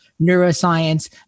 neuroscience